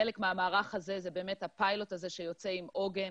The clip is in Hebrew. חלק מהמערך הזה זה באמת הפיילוט הזה שיוצא עם עוגן.